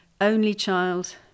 only-child